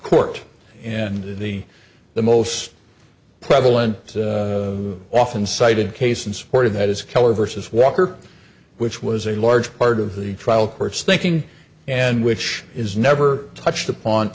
court and the the most prevalent is often cited case in support of that as keller versus walker which was a large part of the trial court's thinking and which is never touched upon